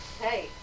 Hey